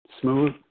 smooth